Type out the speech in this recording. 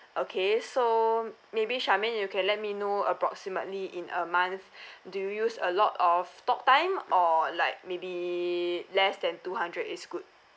okay so maybe shermaine you can let me know approximately in a month do you use a lot of talk time or like maybe less than two hundred is good